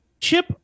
chip